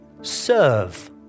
Serve